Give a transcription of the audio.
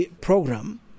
program